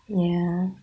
ya